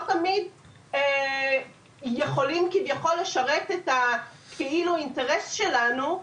תמיד יכולים כביכול לשרת את האינטרס שלנו.